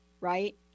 Right